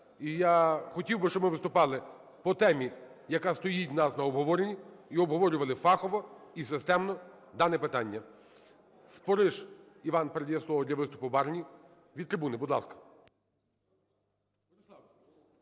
І я хотів би, щоб ми виступали по темі, яка стоїть у нас на обговоренні, і обговорювали фахово і системно дане питання. Спориш Іван передає слово для виступу Барні. Від трибуни, будь ласка.